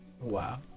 Wow